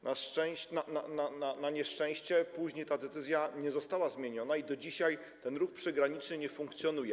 Na nieszczęście później ta decyzja nie została zmieniona i do dzisiaj ten ruch przygraniczny nie funkcjonuje.